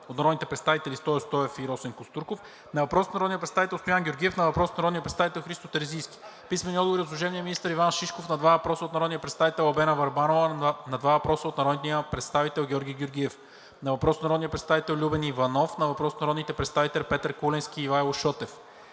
от народните представители Стою Стоев и Росен Костурков; на въпрос от народния представител Стоян Георгиев; на въпрос от народния представител Христо Терзийски; – писмени отговори от служебния министър Иван Шишков на два въпроса от народния представител Албена Върбанова; на два въпроса от народния представител Георги Георгиев; на въпрос от народния представител Любен Иванов; на въпрос от народните представители Петър Куленски и Ивайло Шотев;